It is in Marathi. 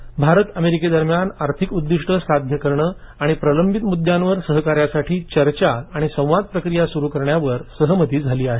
गोयल भारत अमेरिके दरम्यान आर्थिक उद्दिष्ट्ये साध्य करणे आणि प्रलंबित मुद्द्यांवर सहकार्यासाठी चर्चा आणि संवाद प्रक्रिया स्रु करण्यावर सहमती झाली आहे